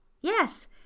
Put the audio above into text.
Yes